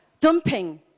dumping